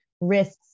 risks